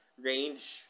range